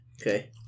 Okay